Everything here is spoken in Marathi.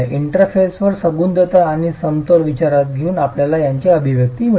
इंटरफेसवर सुसंगतता आणि समतोल विचारात घेऊन आपल्याला त्यांची अभिव्यक्ती मिळते